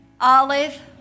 Olive